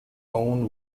own